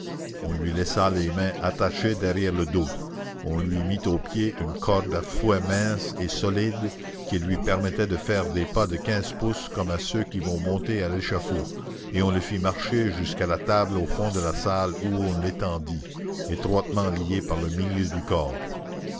on lui laissa les mains attachées derrière le dos on lui mit aux pieds une corde à fouet mince et solide qui lui permettait de faire des pas de quinze pouces comme à ceux qui vont monter à l'échafaud et on le fit marcher jusqu'à la table au fond de la salle où on l'étendit étroitement lié par le milieu du corps